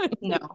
No